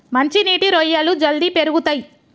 మంచి నీటి రొయ్యలు జల్దీ పెరుగుతయ్